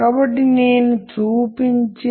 కానీ అది తగినంత సరిపోదు